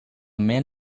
man